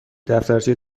دفترچه